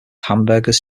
hamburgers